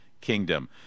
kingdom